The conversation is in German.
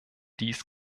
dies